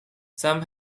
some